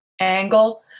angle